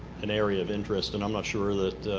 an area of interest, and i'm not sure that